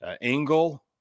Engel